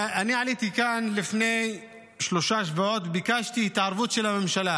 אני עליתי לכאן לפני שלושה שבועות וביקשתי התערבות של הממשלה.